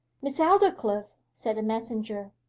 miss aldclyffe. said the messenger,